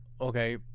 Okay